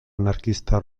anarquista